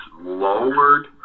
lowered